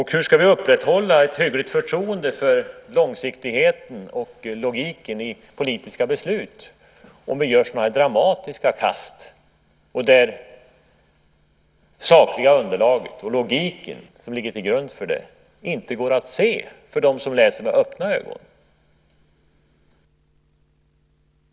Hur ska vi upprätthålla ett hyggligt förtroende för långsiktigheten och logiken i politiska beslut om vi gör så här dramatiska kast där det sakliga underlag och den logik som ligger till grund för det hela inte går att se för dem som läser med öppna ögon?